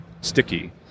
sticky